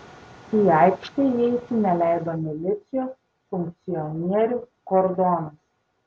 į aikštę įeiti neleido milicijos funkcionierių kordonas